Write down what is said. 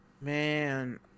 Man